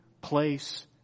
place